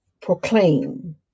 proclaim